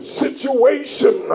situation